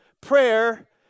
Prayer